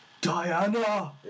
Diana